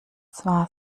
zwar